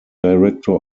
director